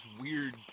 weird